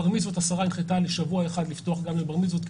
בר מצווה השרה הנחתה לשבוע אחד לפתוח גם לבר מצוות כי